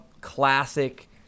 classic